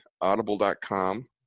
audible.com